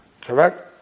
Correct